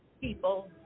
people